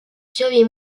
survie